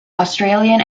australian